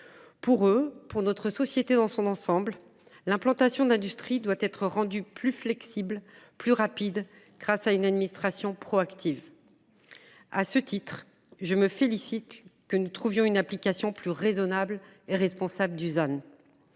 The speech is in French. Pour eux, pour notre société dans son ensemble, l’implantation d’industries doit être rendue plus flexible et plus rapide, grâce à une administration proactive. À cet égard, je me félicite que nous ayons trouvé une application plus raisonnable et plus responsable du ZAN,